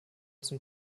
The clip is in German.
zum